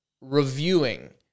reviewing